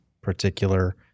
particular